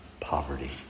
poverty